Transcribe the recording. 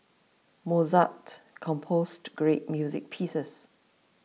Mozart composed great music pieces